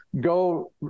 go